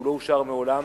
שלא אושר מעולם,